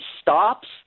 stops